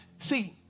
See